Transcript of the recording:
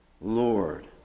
Lord